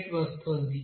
98 వస్తోంది